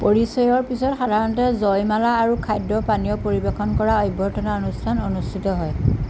পৰিচয়ৰ পিছত সাধাৰণতে জয়মালা আৰু খাদ্য পানীয় পৰিৱেশন কৰা অভ্যৰ্থনা অনুষ্ঠান অনুষ্ঠিত হয়